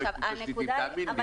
תאמין לי.